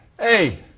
hey